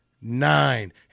nine